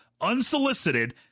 unsolicited